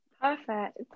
Perfect